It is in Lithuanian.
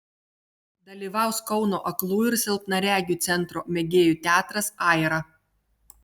dalyvaus kauno aklųjų ir silpnaregių centro mėgėjų teatras aira